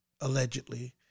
allegedly